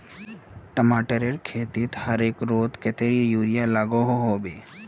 टमाटरेर खेतीत हर एकड़ोत कतेरी यूरिया लागोहो होबे?